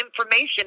information